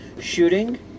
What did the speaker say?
shooting